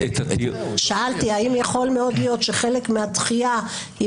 שאלתי האם יכול מאוד להיות שחלק מהדחייה היא